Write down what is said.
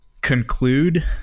conclude